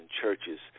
churches